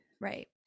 right